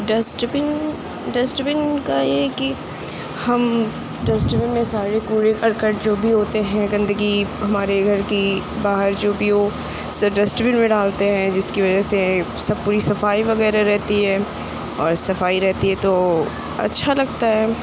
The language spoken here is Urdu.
ڈسٹ بن ڈسٹ بن کا یہ ہے کہ ہم ڈسٹ بن میں سارے کوڑے کرکٹ جو بھی ہوتے ہیں گندگی ہمارے گھر کی باہر جو بھی ہو سب ڈسٹ بن میں ڈالتے ہیں جس کی وجہ سے سب پوری صفائی وغیرہ رہتی ہے اور صفائی رہتی ہے تو اچھا لگتا ہے